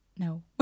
No